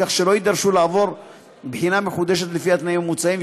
כך שהם לא יידרשו לעבור בחינה מחודשת לפי התנאים המוצעים,